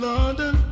London